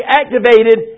activated